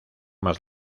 más